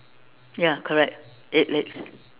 ya correct eight legs